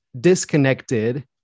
disconnected